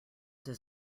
does